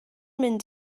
mynd